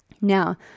Now